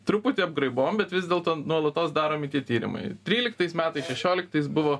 truputį apgraibom bet vis dėlto nuolatos daromi tie tyrimai tryliktais metais šešioliktais buvo